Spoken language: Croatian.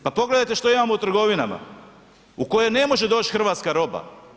Pa pogledajte što imamo u trgovinama u kojoj ne može doći hrvatska roba.